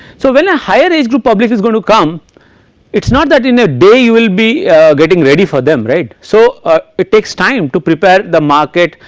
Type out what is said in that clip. so when a higher age group public is going to come it is not that in a day you will be getting ready for them right so ah it takes time to prepare the market.